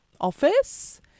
office